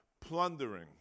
plundering